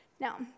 Now